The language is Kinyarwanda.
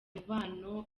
umubano